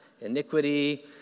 iniquity